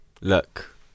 Look